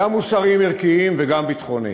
גם מוסריים-ערכיים וגם ביטחוניים.